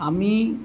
আমি